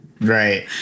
Right